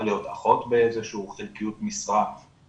להיות אחות באיזו שהיא חלקיות משרה,